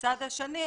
מהצד השני,